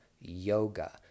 yoga